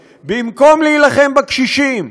במקום להילחם בקשישים,